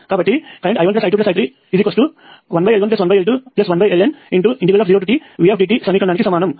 కాబట్టి మొత్తం current I1I2IN1L11L21LN0tVtdt సమీకరణానికి సమానం